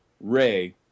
Ray